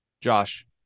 Josh